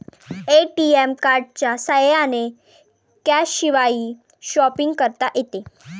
ATM कार्डच्या साह्याने कॅशशिवायही शॉपिंग करता येते